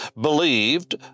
believed